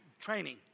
training